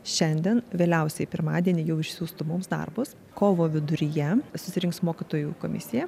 šiandien vėliausiai pirmadienį jau išsiųstų mums darbus kovo viduryje susirinks mokytojų komisija